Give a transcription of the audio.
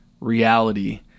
reality